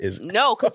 No